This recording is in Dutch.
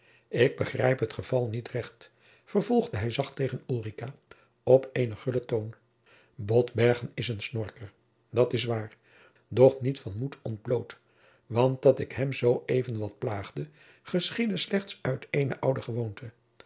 ik begrijp het geval niet recht vervolgde hij zacht tegen ulrica op eenen gullen toon botbergen is een snorker dat is waar doch niet van moed ontbloot want dat ik hem zoo even wat plaagde geschiedde slechts uit eene oude gewoonte